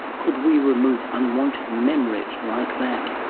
could we remove unwanted memories like that?